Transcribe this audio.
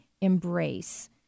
embrace